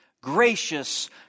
gracious